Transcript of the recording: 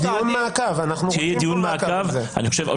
אני מבקש להוסיף בהודעת הסיכום שיהיה דיון מעקב.